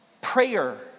prayer